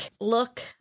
look